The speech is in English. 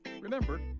Remember